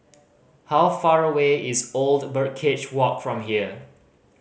how far away is Old Birdcage Walk from here